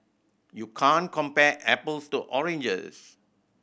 you can't compare apples to oranges